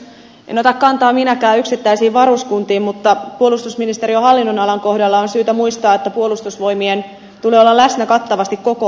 en ota kantaa minäkään yksittäisiin varuskuntiin mutta puolustusministeriön hallinnonalan kohdalla on syytä muistaa että puolustusvoimien tulee olla läsnä kattavasti koko maassa